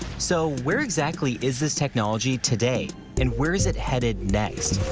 so, where exactly is this technology today and where is it headed next?